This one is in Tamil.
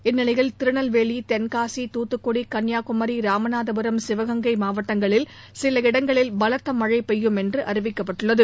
இந்நிலையில் திருநெல்வேலி தென்காசி தூத்துக்குடி கன்னியாகுமி ராமநாதபுரம் சிவகங்கை மாவட்டங்களில் சில இடங்களில் பலத்த மழை பெய்யும் என்று அறிவிக்கப்பட்டுள்ளது